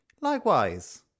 Likewise